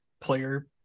player